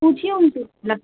पूछिए उनसे